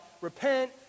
repent